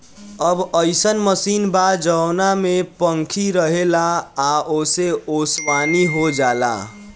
अब अइसन मशीन बा जवना में पंखी रहेला आ ओसे ओसवनी हो जाला